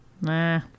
Nah